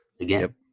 Again